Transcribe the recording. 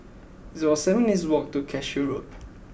it's about seven minutes' walk to Cashew Road